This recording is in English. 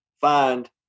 find